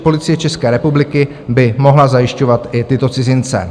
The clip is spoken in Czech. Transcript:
Policie České republiky by mohla zajišťovat i tyto cizince.